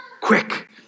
quick